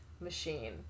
machine